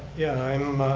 yeah, i'm